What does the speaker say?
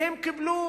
והם קיבלו